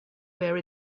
where